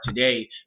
today